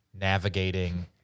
navigating